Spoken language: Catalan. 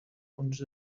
punts